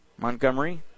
Montgomery